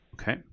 Okay